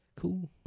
cool